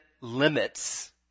limits